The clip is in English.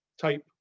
type